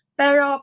pero